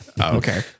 okay